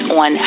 on